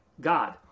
God